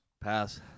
Pass